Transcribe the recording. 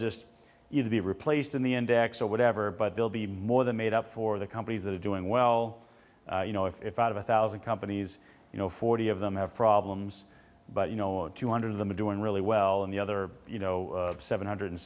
just either be replaced in the index or whatever but they'll be more than made up for the companies that are doing well you know if out of a thousand companies you know forty of them have problems but you know two hundred of them are doing really well and the other you know seven hundred